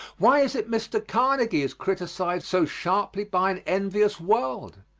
why is it mr. carnegie is criticised so sharply by an envious world?